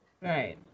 Right